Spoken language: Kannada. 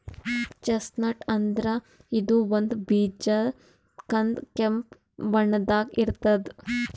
ಚೆಸ್ಟ್ನಟ್ ಅಂದ್ರ ಇದು ಒಂದ್ ಬೀಜ ಕಂದ್ ಕೆಂಪ್ ಬಣ್ಣದಾಗ್ ಇರ್ತದ್